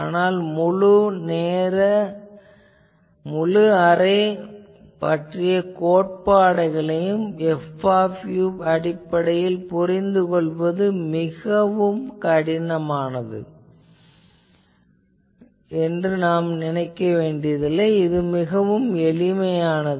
ஆனால் இந்த முழு அரே பற்றிய கோட்பாடுகளையும் F அடிப்படையில் புரிந்து கொள்வது மிகவும் எளிது